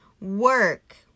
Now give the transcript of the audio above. work